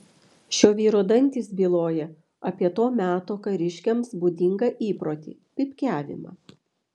šio vyro dantys byloja apie to meto kariškiams būdingą įprotį pypkiavimą